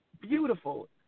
beautiful